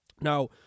Now